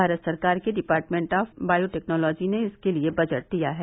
भारत सरकार के department of biotechnology ने इसके लिए बजट दिया है